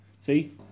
see